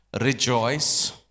rejoice